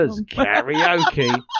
Karaoke